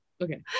Okay